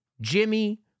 Jimmy